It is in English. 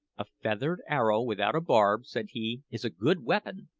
a feathered arrow without a barb, said he, is a good weapon,